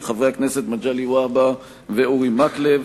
של חברי הכנסת מגלי והבה ואורי מקלב.